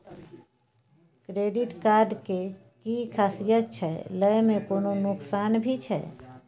Credit card के कि खासियत छै, लय में कोनो नुकसान भी छै?